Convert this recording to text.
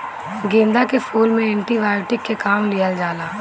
गेंदा के फूल से एंटी बायोटिक के काम लिहल जाला